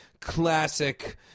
classic